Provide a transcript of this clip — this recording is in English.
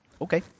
okay